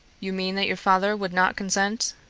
you mean that your father would not consent?